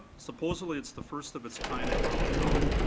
supposedly it's the first of its kind in brown county.